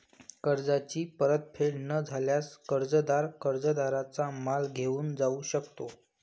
कर्जाची परतफेड न झाल्यास, कर्जदार कर्जदाराचा माल घेऊन जाऊ शकतो